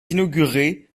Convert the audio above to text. inaugurée